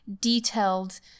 detailed